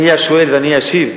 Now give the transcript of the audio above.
אני אהיה השואל ואני אשיב: